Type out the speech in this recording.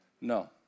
No